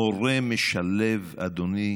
מורה משלב, אדוני,